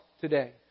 today